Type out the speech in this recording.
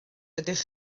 ydych